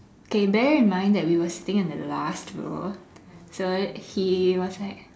K bear in mind that we were sitting in the last row so he was like